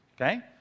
okay